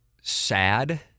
sad